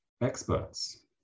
experts